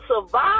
survive